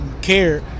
care